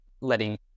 letting